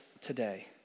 today